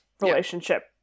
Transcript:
relationship